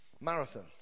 marathon